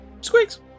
Squeaks